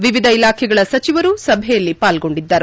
ವಿವಿಧ ಇಲಾಖೆಗಳ ಸಚಿವರು ಸಭೆಯಲ್ಲಿ ಪಾಲ್ಲೊಂಡಿದ್ದರು